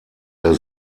der